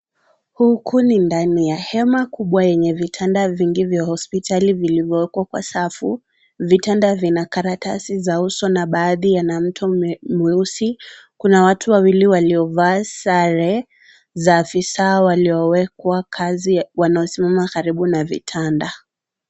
Huku ni ndani ya hema kubwa yenye vitanda vingi vya hospitali vilivyowekwa kwa safu. Vitanda vina karatasi za uso na baadhi yana mto mweusi. Kuna watu wawili waliovaa sare za afisa waliowekwa kazi wanaosimama karibu na vitanda